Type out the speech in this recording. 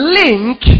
link